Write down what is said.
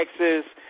Texas